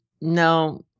No